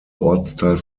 ortsteil